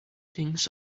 things